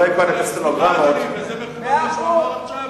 סליחה, אדוני, וזה מכובד מה שהוא אמר עכשיו?